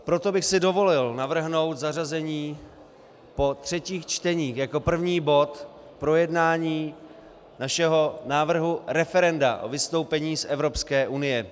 Proto bych si dovolil navrhnout zařazení po třetích čteních jako první bod projednání našeho návrhu referenda o vystoupení z Evropské unie.